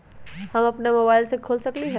हम अपना मोबाइल से खोल सकली ह?